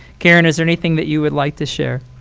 karen, is there anything that you would like to share?